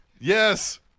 yes